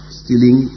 stealing